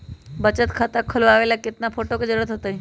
बचत खाता खोलबाबे ला केतना फोटो के जरूरत होतई?